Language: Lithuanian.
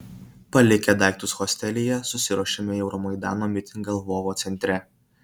palikę daiktus hostelyje susiruošėme į euromaidano mitingą lvovo centre